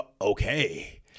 okay